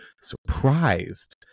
surprised